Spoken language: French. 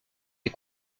les